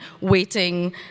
waiting